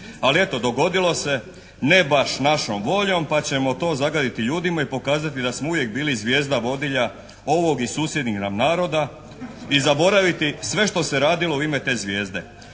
Ali eto dogodilo se, ne baš našom voljom pa ćemo to zagladiti ljudima i pokazati da smo uvijek bili zvijezda vodilja ovog i susjednih nam naroda i zaboraviti sve što se radilo u ime te zvijezde.